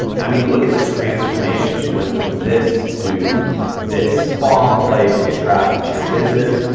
i mean look at this transformation. she went from this to this. bomb place to get traffic to your business.